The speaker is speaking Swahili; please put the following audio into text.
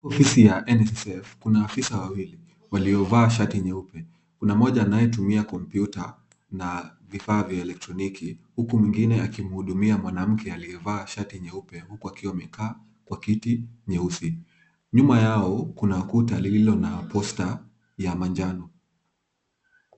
Ofisi ya NSSF kuna afisa wawili waliovaa shati nyeupe kuna mmoja anayetumia kompyuta na vifaa vya elektroniki huku mwingine akimhudumia mwanamke aliyevaa shati nyeupe huku akiwa amekaa kwa kiti nyeusi. Nyuma yao kuna kuta lililo na poster ya manjano.